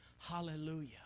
Hallelujah